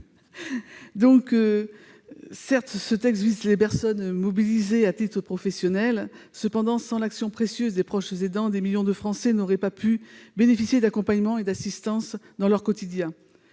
... Certes, ce texte vise les personnes mobilisées à titre professionnel ; toutefois, sans l'action précieuse des proches aidants, des millions de Français n'auraient pas pu bénéficier d'accompagnement et d'assistance dans leur quotidien.